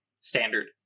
standard